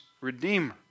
redeemer